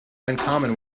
uncommon